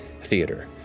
theater